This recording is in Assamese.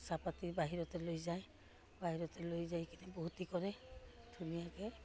চাহপাত বাহিৰত লৈ যায় বাহিৰতে লৈ যায় কিনে কৰে ধুনীয়াকৈ